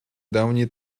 давние